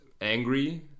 angry